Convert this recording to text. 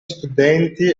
studenti